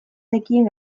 nekien